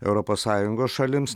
europos sąjungos šalims